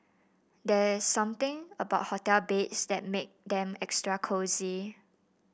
there's something about hotel beds that make them extra cosy